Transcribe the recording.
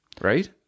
right